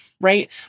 right